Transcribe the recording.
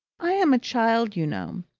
i am a child, you know!